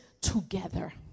together